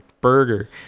burger